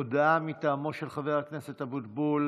הודעה מטעמו של חבר הכנסת אבוטבול,